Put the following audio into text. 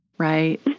Right